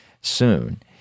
soon